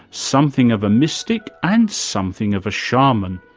something of a mystic and something of a shaman.